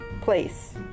place